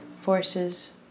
forces